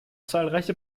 zahlreiche